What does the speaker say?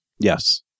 Yes